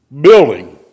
building